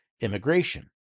immigration